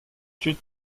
tud